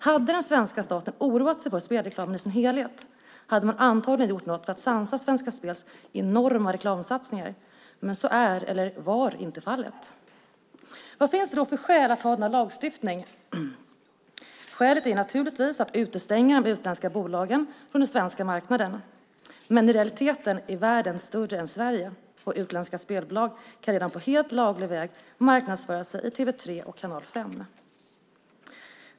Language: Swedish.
Hade den svenska staten oroat sig för spelreklamen i sin helhet hade man antagligen gjort något för att sansa Svenska Spels enorma reklamsatsningar - men så är, eller var, inte fallet. Vad finns det då för skäl att ha denna lagstiftning? Skälet är naturligtvis att utestänga de utländska bolagen från den svenska marknaden. Men i realiteten är världen större än Sverige, och utländska spelbolag kan redan på helt laglig väg marknadsföra sig i TV 3 och Kanal 5.